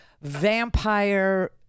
vampire